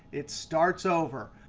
it starts over.